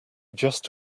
just